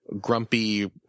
grumpy